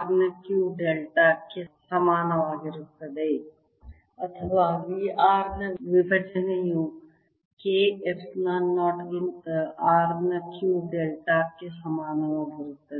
r ನ Q delta ಕ್ಕೆ ಸಮಾನವಾಗಿರುತ್ತದೆ ಅಥವಾ V r ನ ವಿಭಜನೆಯು K ಎಪ್ಸಿಲಾನ್ 0 ಗಿಂತ r ನ Q ಡೆಲ್ಟಾ ಕ್ಕೆ ಸಮಾನವಾಗಿರುತ್ತದೆ